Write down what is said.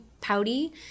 pouty